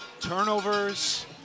turnovers